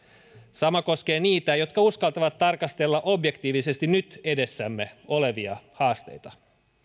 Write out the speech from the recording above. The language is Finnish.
sama koskee niitä jotka uskaltavat tarkastella objektiivisesti nyt edessämme olevia haasteita